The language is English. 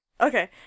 Okay